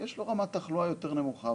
יש לו רמת תחלואה יותר נמוכה,